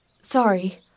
sorry